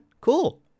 Cool